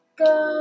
go